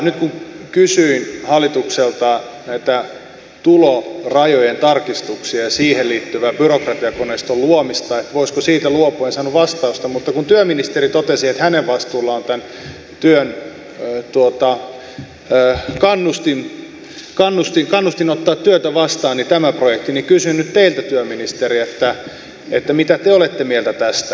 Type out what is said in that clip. nyt kun kysyin hallitukselta näitä tulorajojen tarkistuksia ja siihen liittyvää byrokratiakoneiston luomista että voisiko siitä luopua en saanut vastausta mutta kun työministeri totesi että hänen vastuullaan on tämä kannustin ottaa työtä vastaan tämä projekti niin kysyn nyt teiltä työministeri mitä te olette mieltä tästä